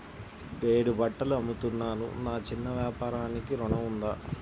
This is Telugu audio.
నేను బట్టలు అమ్ముతున్నాను, నా చిన్న వ్యాపారానికి ఋణం ఉందా?